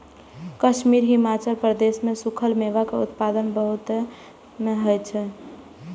कश्मीर, हिमाचल प्रदेश मे सूखल मेवा के उत्पादन बहुतायत मे होइ छै